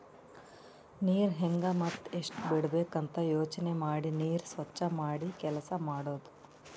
ನೀರ್ ಹೆಂಗ್ ಮತ್ತ್ ಎಷ್ಟ್ ಬಿಡಬೇಕ್ ಅಂತ ಯೋಚನೆ ಮಾಡಿ ನೀರ್ ಸ್ವಚ್ ಮಾಡಿ ಕೆಲಸ್ ಮಾಡದು